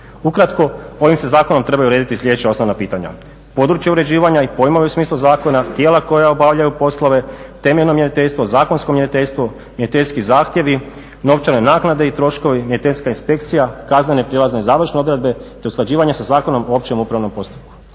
Ukratko. Ovim se zakonom trebaju urediti sljedeća osnovna pitanja – područje uređivanja i pojmovi u smislu zakona, tijela koja obavljaju poslove, temeljno mjeriteljstvo, zakonsko mjeriteljstvo, mjeriteljski zahtjevi, novčane naknade i troškovi, mjeriteljska inspekcija, kaznene i prijelazne i završne odredbe, te usklađivanje sa Zakonom o općem upravnom postupku.